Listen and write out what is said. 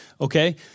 okay